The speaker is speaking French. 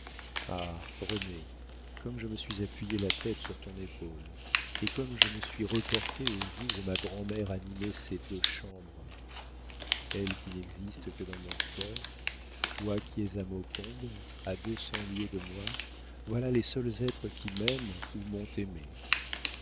renée comme je me suis appuyé la tête sur ton épaule et comme je me suis reportée aux jours où ma grand'mère animait ces deux chambres elle qui n'existe que dans mon cœur toi qui es à maucombe à deux cents lieues de moi voilà les seuls êtres qui m'aiment ou m'ont aimée